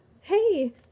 hey